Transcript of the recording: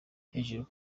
hejuru